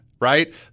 Right